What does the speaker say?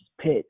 pit